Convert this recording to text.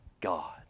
God